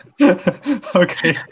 Okay